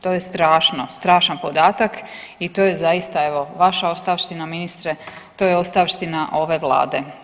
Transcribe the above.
To je strašno, strašan podatak i to je zaista evo vaša ostavština ministre, to je ostavština ove vlade.